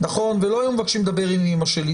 ולא היו מבקשים לדבר עם אימא שלי,